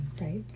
right